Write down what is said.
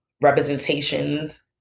representations